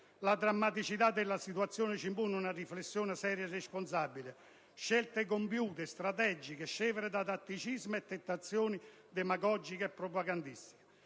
La drammaticità della situazione ci impone una riflessione seria e responsabile e scelte strategiche scevre da tatticismi e tentazioni demagogico-propagandistiche.